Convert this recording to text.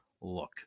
look